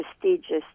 prestigious